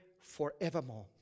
forevermore